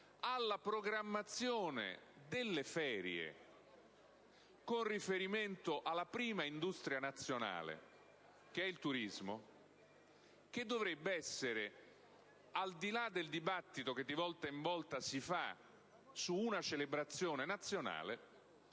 alla programmazione delle ferie, con riferimento alla prima industria nazionale, che è il turismo, e che dovrebbe essere affrontata, al di là del dibattito che di volta in volta si apre su una celebrazione nazionale,